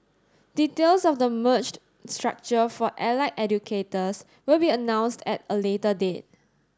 details of the merged structure for allied educators will be announced at a later date